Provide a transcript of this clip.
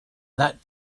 that